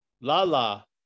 Lala